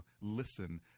listen